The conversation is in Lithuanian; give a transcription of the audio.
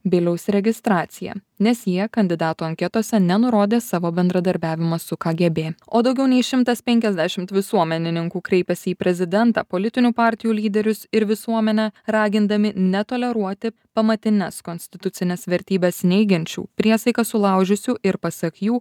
biliaus registraciją nes jie kandidatų anketose nenurodė savo bendradarbiavimo su kgb o daugiau nei šimtas penkiasdešimt visuomenininkų kreipėsi į prezidentą politinių partijų lyderius ir visuomenę ragindami netoleruoti pamatines konstitucines vertybes neigiančių priesaiką sulaužiusių ir pasak jų